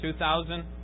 2000